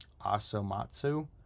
asomatsu